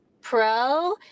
pro